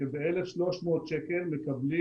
שב-1,300 שקל מקבלים